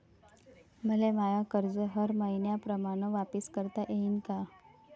मले माय कर्ज हर मईन्याप्रमाणं वापिस करता येईन का?